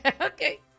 Okay